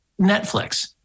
Netflix